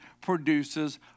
produces